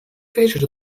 wiedzieć